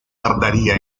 tardaría